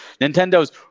Nintendo's